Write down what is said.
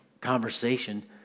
conversation